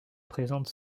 présentent